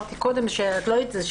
מה שאמרתי קודם כשאת לא היית הוא,